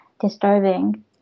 disturbing